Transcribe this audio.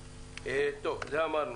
הקדמה: